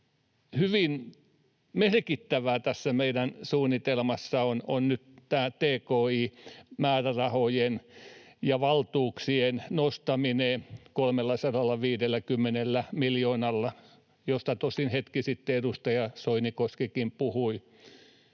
hyvin merkittävää tässä meidän suunnitelmassa on nyt tämä tki-määrärahojen ja ‑valtuuksien nostaminen 350 miljoonalla, josta tosin hetki sitten edustaja Soinikoskikin puhui.